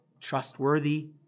trustworthy